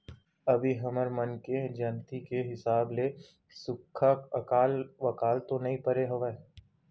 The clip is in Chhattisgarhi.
अभी हमर मन के जानती के हिसाब ले सुक्खा अकाल वकाल तो नइ परे हवय